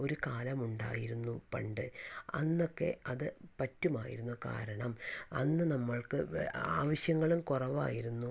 ഒരു കാലമുണ്ടായിരുന്നു പണ്ട് അന്നൊക്കെ അത് പറ്റുമായിരുന്നു കാരണം അന്ന് നമ്മൾക്ക് വെ ആവശ്യങ്ങളും കുറവായിരുന്നു